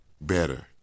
better